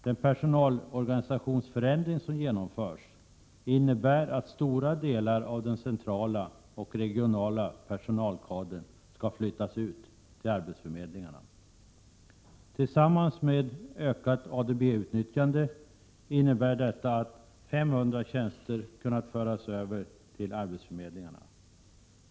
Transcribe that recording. Den personalorganisationsförändring som genomförs innebär att stora delar av den centrala och regionala personalkadern skall flyttas ut till arbetsförmedlingarna. Tillsammans med ökat ADB-utnyttjande innebär detta att 500 tjänster har kunnat föras över till arbetsförmedlingarna.